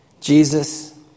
Jesus